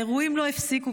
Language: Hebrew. האירועים לא הפסיקו,